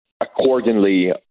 accordingly